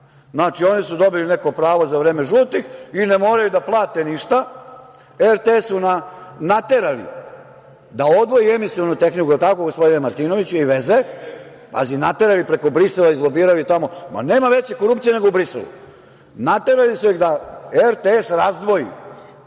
Znači, oni su dobili neko pravo za vreme žutih i ne moraju da plate ništa. Radio-televiziju Srbije su naterali da odvoji emisionu tehniku, je li tako, gospodine Martinoviću, i veze. Pazite, naterali preko Brisela, izlobirali tamo. Ma, nema veće korupcije nego u Briselu. Naterali su ih da RTS razdvoji